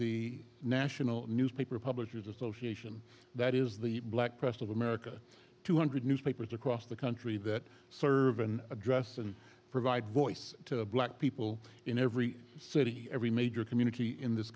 the national newspaper publishers association that is the black press of america two hundred newspapers across the country that serve and address and provide voice to black people in every city every major community in this